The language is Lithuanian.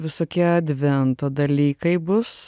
visokie advento dalykai bus